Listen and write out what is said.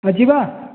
ଏ ଯିବା